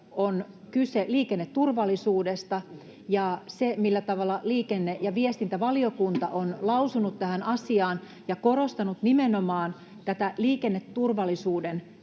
on kyse liikenneturvallisuudesta, ja se, millä tavalla liikenne‑ ja viestintävaliokunta on lausunut tähän asiaan ja korostanut nimenomaan tätä liikenneturvallisuuden